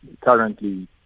currently